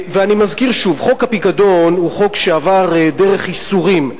ואני מזכיר שוב: חוק הפיקדון הוא חוק שעבר דרך ייסורים.